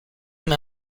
may